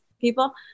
people